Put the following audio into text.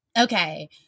Okay